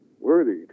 worthy